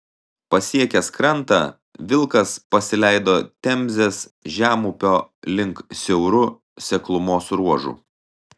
pasiekęs krantą vilkas pasileido temzės žemupio link siauru seklumos ruožu